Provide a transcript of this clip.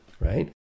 right